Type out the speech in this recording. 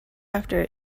after